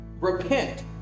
repent